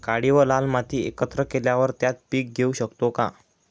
काळी व लाल माती एकत्र केल्यावर त्यात पीक घेऊ शकतो का?